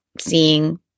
seeing